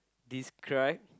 describe